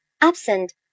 Absent